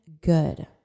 good